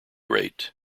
rate